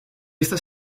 estas